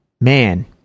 man